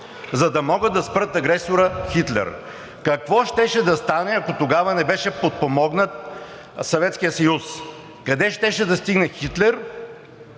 за да могат да спрат агресора Хитлер. Какво щеше да стане, ако тогава не беше подпомогнат Съветският съюз?! Къде щеше да стигне Хитлер?